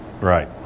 Right